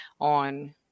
on